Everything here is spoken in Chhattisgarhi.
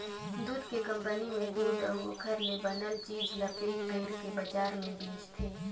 दूद के कंपनी में दूद अउ ओखर ले बनल चीज ल पेक कइरके बजार में बेचथे